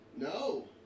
No